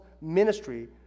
ministry